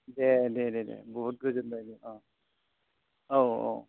दे दे दे बुहुद गोजोनबाय दे अ औ औ